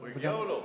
הוא הגיע או לא?